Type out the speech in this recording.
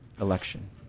election